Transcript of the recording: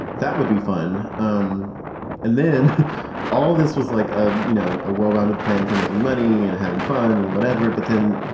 that would be fun. um and then all this was like a you know, a well-rounded plan for making money and having fun and whatever. but then,